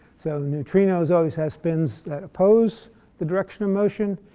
so neutrinos always have spins that oppose the direction of motion,